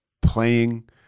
playing